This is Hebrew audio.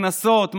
קנסות,